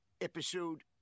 episode